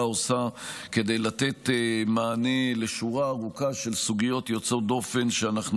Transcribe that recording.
עושה כדי לתת מענה לשורה ארוכה של סוגיות יוצאות דופן שאנחנו